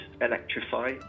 electrify